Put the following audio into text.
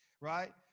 Right